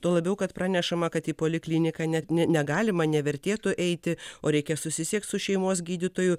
tuo labiau kad pranešama kad į polikliniką net ne negalima nevertėtų eiti o reikia susisiekt su šeimos gydytoju